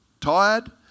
tired